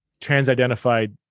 trans-identified